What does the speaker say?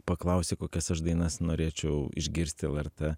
paklausei kokias aš dainas norėčiau išgirsti lrt